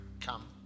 Come